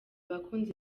abakunzi